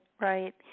right